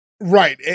Right